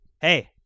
Hey